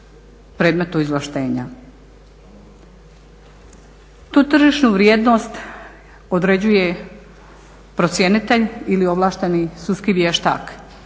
Tu tržišnu vrijednost određuje procjenitelj ili ovlašteni sudski vještak,